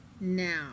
Now